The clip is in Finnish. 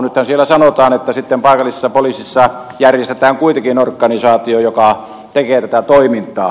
nythän siellä sanotaan että sitten paikallisessa poliisissa järjestetään kuitenkin organisaatio joka tekee tätä toimintaa